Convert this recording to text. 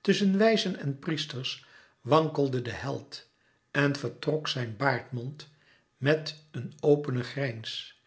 tusschen wijzen en priesters wankelde de held en vertrok zijn baardmond met een openen grijns